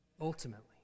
Ultimately